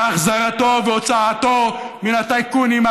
והחזרתו והוצאתו מן הטייקונים,